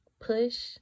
push